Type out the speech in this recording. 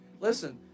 Listen